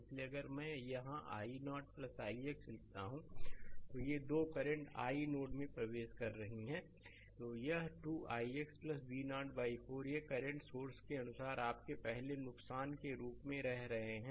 इसलिए अगर मैं यहां i0 ix लिखता हूं तो ये दो करंट i नोड में प्रवेश कर रही हैं यह 2 ix V0 4 ये करंट सोर्स के अनुसार आपके पहले नुकसान के रूप में रह रहे हैं